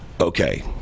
Okay